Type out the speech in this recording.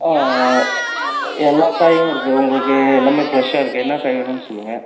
எல்லா காயும் இருக்கு உங்களுக்கு எல்லாமே ஃப்ரெஷ்ஷாக இருக்கு என்னா காய் வேணுன்னு சொல்லுங்கள்